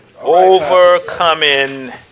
Overcoming